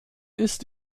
ist